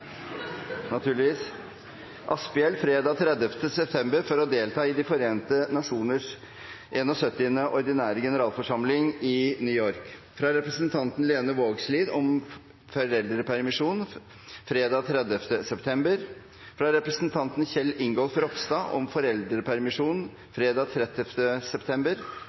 Jorodd Asphjell fredag 30. september for å delta i De forente nasjoners 71. ordinære generalforsamling i New York fra representanten Lene Vågslid om foreldrepermisjon fredag 30. september fra representanten Kjell Ingolf Ropstad om foreldrepermisjon fredag 30. september